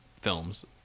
films